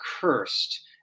cursed